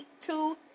two